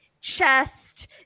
chest